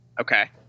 Okay